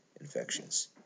infections